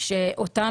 בכל זאת.